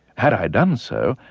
had i done so,